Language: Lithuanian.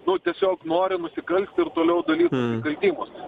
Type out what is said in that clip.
nu tiesiog nori nusikalst ir toliau daryt nusikaltimus